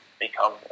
become